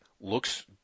looks